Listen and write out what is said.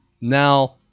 now